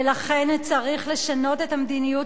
ולכן צריך לשנות את המדיניות